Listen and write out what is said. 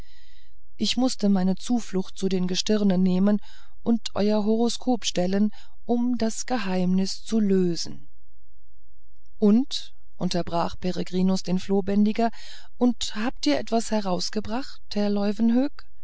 ich mußte meine zuflucht zu den gestirnen nehmen und euer horoskop stellen um das geheimnis zu lösen und unterbrach peregrinus den flohbändiger und habt ihr etwas herausgebracht herr